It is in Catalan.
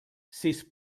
sis